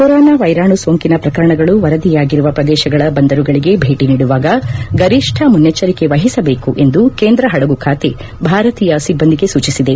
corona ವೈರಾಣು ಸೋಂಕಿನ ಪ್ರಕರಣಗಳು ವರದಿಯಾಗಿರುವ ಪ್ರದೇಶಗಳ ಬಂದರುಗಳಿಗೆ ಭೇಟಿ ನೀಡುವಾಗ ಗರಿಷ್ಣ ಮುನ್ನೆಚ್ಚರಿಕೆ ವಹಿಸಬೇಕು ಎಂದು ಕೇಂದ್ರ ಹಡಗು ಖಾತೆ ಭಾರತೀಯ ಸಿಬ್ಬಂದಿಗೆ ಸೂಚಿಸಿದೆ